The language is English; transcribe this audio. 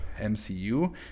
MCU